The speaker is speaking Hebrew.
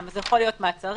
זה צריך להיות דו תכליתי,